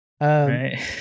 right